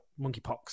monkeypox